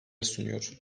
sunuyor